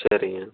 சரிங்க